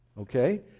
Okay